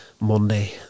Monday